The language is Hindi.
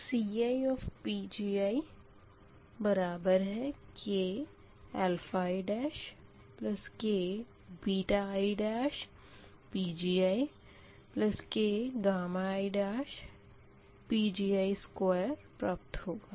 तो CiPgikikiPgikiPgi2 प्राप्त होगा